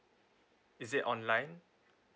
is it online